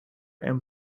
and